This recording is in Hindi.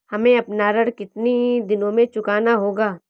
हमें अपना ऋण कितनी दिनों में चुकाना होगा?